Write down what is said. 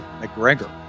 McGregor